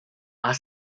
are